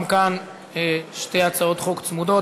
גם כאן, שתי הצעות חוק צמודות.